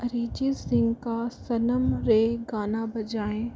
अरिजीत सिंह का सनम रे गाना बजाएँ